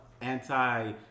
anti